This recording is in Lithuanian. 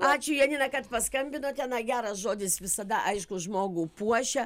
ačiū janina kad paskambinote na geras žodis visada aišku žmogų puošia